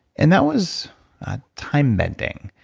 and that was time bending.